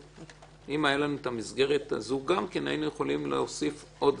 הייתה לנו גם המסגרת הזאת היינו יכולים להוסיף עוד